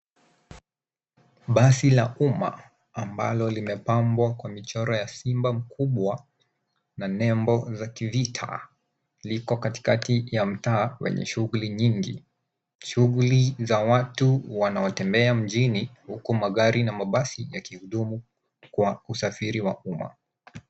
Basi la umma, ambalo limepambwa kwa michoro ya simba mkubwa na nembo za kivita, liko katikati ya mtaa wenye shughuli nyingi. Shughuli za watu wanaotembea mjini, huku magari na mabasi ya kihudumu kwa usafiri wa umma.